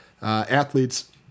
athletes